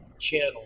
channel